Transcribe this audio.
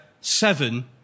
seven